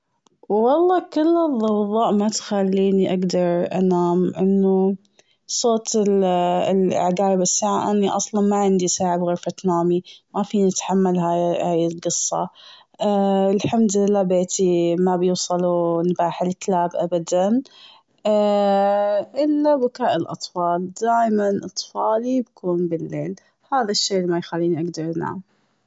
والله كل الضوضاء ما تخليني اقدر انام .لأنه صوت ال- العقارب الساعة أني أصلاً ما عندي ساعة في غرفة نومي. ما فيني اتحمل هاي- هاي القصة. الحمد لله بيتي ما بيوصله نباح الكلاب أبداً. إلا بكاء الأطفال دايماً أطفالي يبكون بليل، هذا الشي اللي ما يخليني اقدر انام.